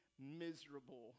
miserable